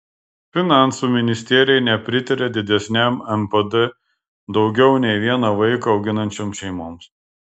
finansų ministerija nepritaria didesniam npd daugiau nei vieną vaiką auginančioms šeimoms